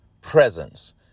presence